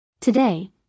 Today